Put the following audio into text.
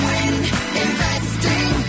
Wininvesting